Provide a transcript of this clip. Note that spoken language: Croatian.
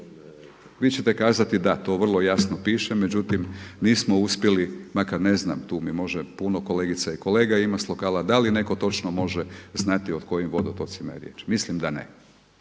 Vi ćete kazati da to vrlo jasno piše, međutim mi smo uspjeli makar ne znam, tu mi može, puno kolegica i kolega ima s lokala, da li netko točno može znati o kojim vodotocima je riječ. Mislim da ne.